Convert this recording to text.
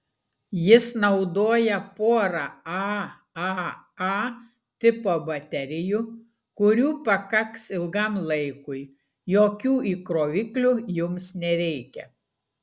jis naudoja porą aaa tipo baterijų kurių pakaks ilgam laikui jokių įkroviklių jums nereikia